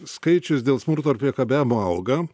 skaičius dėl smurto ir priekabiavimo auga